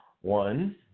One